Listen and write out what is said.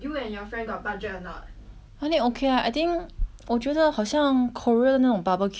!wah! then okay ah I think 我觉得好像 korea 那种 barbecue right 那种 normal barbecue 应该都是